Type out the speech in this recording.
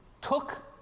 took